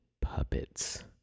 puppets